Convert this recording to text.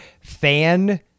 fan